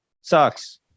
sucks